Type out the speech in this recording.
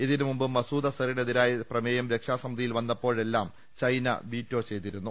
ഇതിനുമുമ്പ് മസൂദ് അസ്ഹറിനെതിരായ പ്രമേയം രക്ഷാസമി തിയിൽ വന്നപ്പോഴെല്ലാം ചൈന വീറ്റോ ചെയ്തിരുന്നു